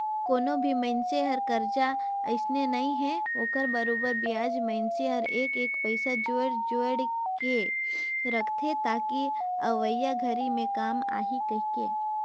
कोनो भी मइनसे हर करजा अइसने नइ हे ओखर बरोबर बियाज मइनसे हर एक एक पइसा जोयड़ जोयड़ के रखथे ताकि अवइया घरी मे काम आही कहीके